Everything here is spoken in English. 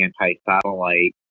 anti-satellite